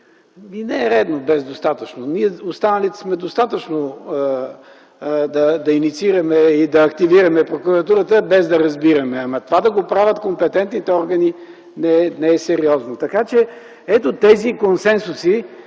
Не е редно без „достатъчно”. Останалите сме достатъчно да инициираме и да активираме Прокуратурата, без да разбираме, ама това да го правят компетентните органи не е сериозно. Така че тези консенсуси